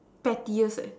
pettiest eh